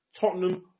Tottenham